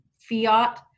Fiat